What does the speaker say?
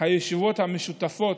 הישיבות המשותפות,